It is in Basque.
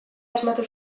asmatu